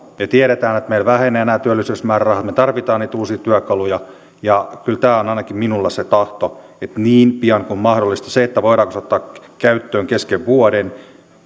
me tiedämme että meillä vähenevät nämä työllisyysmäärärahat me tarvitsemme niitä uusia työkaluja ja kyllä tämä on ainakin minulla se tahto että niin pian kuin mahdollista voidaanko se ottaa käyttöön kesken vuoden